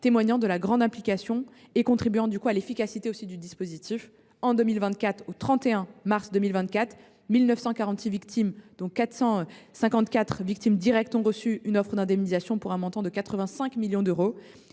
témoigne de leur grande implication et a contribué à renforcer l’efficacité du dispositif. Ainsi, au 31 mars 2024, 1 946 victimes, dont 454 victimes directes, ont reçu une offre d’indemnisation pour un montant total de 85,8 millions d’euros.